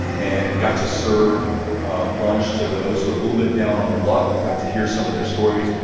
and got to serve lunch to those who are a little bit down on their luck, got to hear some of their stories,